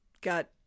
got